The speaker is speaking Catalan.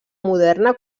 moderna